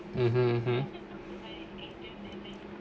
(uh huh)